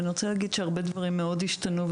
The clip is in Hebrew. אני רוצה להגיד שהרבה דברים מאוד השתנו,